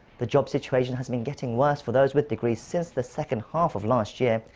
the job situation has been getting worse for those with degrees since the second half of last year,